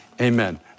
Amen